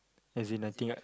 as in I think I